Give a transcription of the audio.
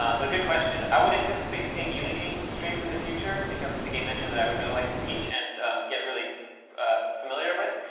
um but good question. i would anticipate seeing unity streams in the future, because it's a game engine that i would really like to teach and get really familiar with.